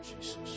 Jesus